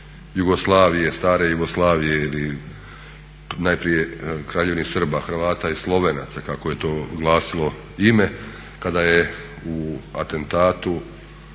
Jugoslavije, stare Jugoslavije ili najprije Kraljevine Srba, Hrvata i Slovenaca kako je to glasilo ime kada je u atentatu